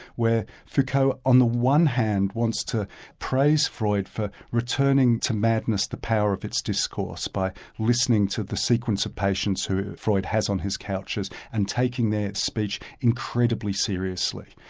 where foucault on the one hand wants to praise freud for returning to madness, the power of its discourse by listening to the sequence of patients who freud has on his couches, and taking their speech incredibly seriously.